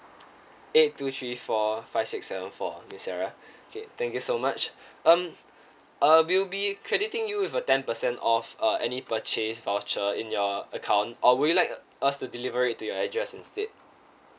eight two three four five six seven four miss sarah K thank you so much um uh we'll be crediting you with a ten percent off uh any purchase voucher in your account or would you like us to deliver it to your address instead